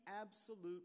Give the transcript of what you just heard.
absolute